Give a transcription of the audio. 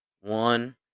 one